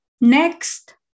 Next